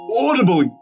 audible